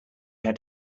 had